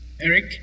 Eric